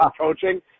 coaching